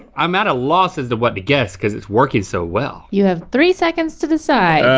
i'm at a loss as to what to guess, cause it's working so well. you have three seconds to decide.